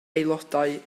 aelodau